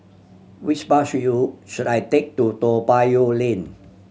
which bus should you should I take to Toa Payoh Lane